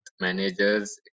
managers